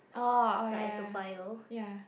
oh ya ya ya